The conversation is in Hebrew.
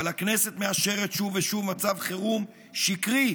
אבל הכנסת מאשרת שוב ושוב מצב חירום שקרי,